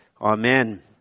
Amen